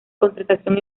contratación